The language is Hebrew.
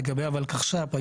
לגבי הוולקחש"פ,